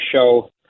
show